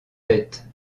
tête